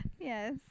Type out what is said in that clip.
Yes